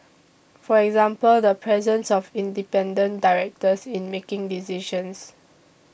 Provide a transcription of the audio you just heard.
for example the presence of independent directors in making decisions